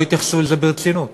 לא יתייחסו לזה ברצינות,